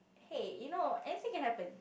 hey you know anything can happen